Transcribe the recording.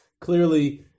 clearly